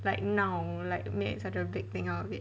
like 闹 like make such a big thing out of it